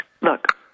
Look